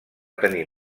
tenir